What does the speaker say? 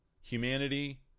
humanity